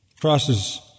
crosses